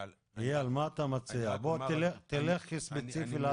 גבייה של חובות זה גם אם אני איחרתי בתשלום של